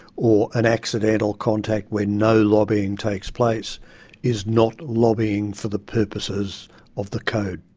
or an accidental contact where no lobbying takes place is not lobbying for the purposes of the code.